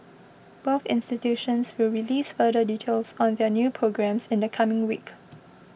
both institutions will release further details on their new programmes in the coming week